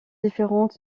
différentes